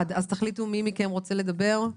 תחליטו מי מכם רוצה לדבר.